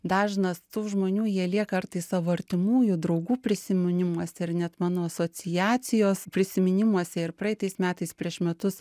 dažnas tų žmonių jie kartais savo artimųjų draugų prisiminimuose ar net mano asociacijos prisiminimuose ir praeitais metais prieš metus